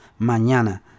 Mañana